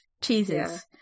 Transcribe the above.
cheeses